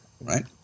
Right